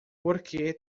porque